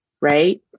right